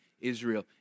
Israel